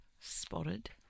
Spotted